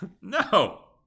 No